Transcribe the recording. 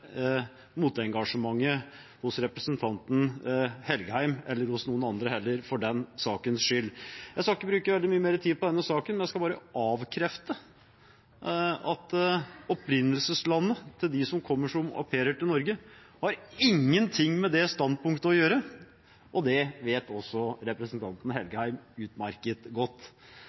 motengasjementet hos representanten Engen-Helgheim – eller hos noen andre for den saks skyld. Jeg skal ikke bruke veldig mye mer tid på denne saken, men jeg skal bare avkrefte at opprinnelseslandet til dem som kommer som au pairer til Norge, har noe med det standpunktet å gjøre, og det vet også representanten Engen-Helgheim utmerket godt.